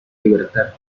libertad